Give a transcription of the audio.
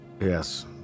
Yes